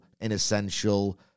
inessential